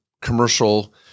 commercial